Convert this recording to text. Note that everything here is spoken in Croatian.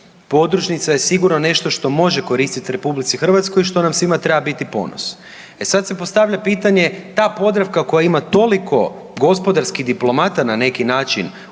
podružnica je sigurno nešto što može koristit RH što nam svima treba biti ponos. E sad se postavlja pitanje ta Podravka koja ima toliko gospodarskih diplomata na neki način